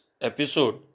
episode